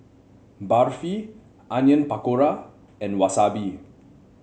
Barfi Onion Pakora and Wasabi